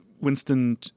Winston